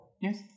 Yes